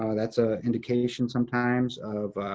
ah that's a indication sometimes of,